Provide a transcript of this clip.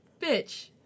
Bitch